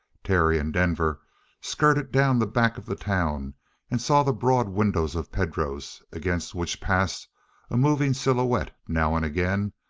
terry and denver skirted down the back of the town and saw the broad windows of pedro's, against which passed a moving silhouette now and again,